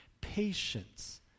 Patience